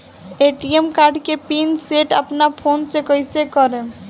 ATM card के PIN set अपना phone से कइसे करेम?